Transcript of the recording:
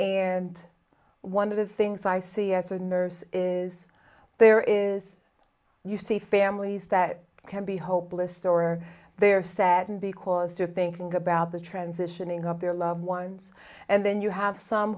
and one of the things i see as a nurse is there is you see families that can be hopeless or they're saddened because they're thinking about the transitioning of their loved ones and then you have some